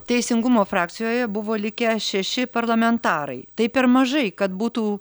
teisingumo frakcijoje buvo likę šeši parlamentarai tai per mažai kad būtų